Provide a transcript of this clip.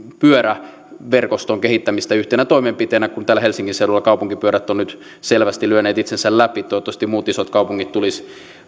pyöräverkoston kehittämistä yhtenä toimenpiteenä kun täällä helsingin seudulla kaupunkipyörät ovat nyt selvästi lyöneet itsensä läpi toivottavasti muut isot kaupungit tulisivat